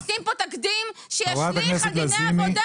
אתם עושים פה תקדים שישליך על דיני העבודה.